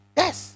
yes